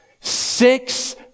Six